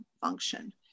function